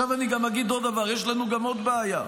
עכשיו אני אגיד עוד דבר: יש לנו עוד בעיה,